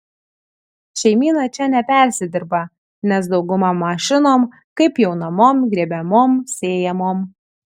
šeimyna čia nepersidirba nes dauguma mašinom kaip pjaunamom grėbiamom sėjamom